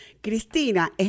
Cristina